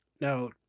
Now